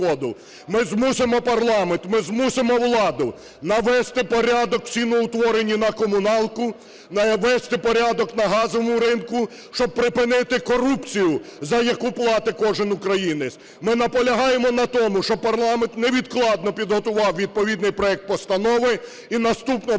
Ми змусимо парламент, ми змусимо владу навести порядок в ціноутворенні на комуналку, навести порядок на газовому ринку, щоб припинити корупцію, за яку платить кожен українець. Ми наполягаємо на тому, щоб парламент невідкладно підготував відповідний проект постанови і наступного